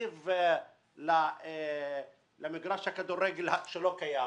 תקציב למגרש הכדורגל לא קיים.